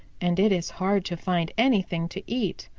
and it is hard to find anything to eat.